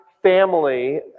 family